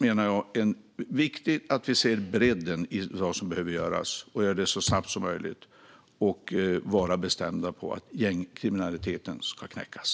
Det är viktigt att vi ser bredden i vad som behöver göras och gör det så snabbt som möjligt. Vi måste vara bestämda om att gängkriminaliteten ska knäckas.